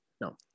No